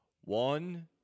One